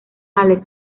alex